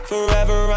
Forever